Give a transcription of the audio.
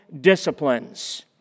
disciplines